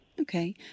Okay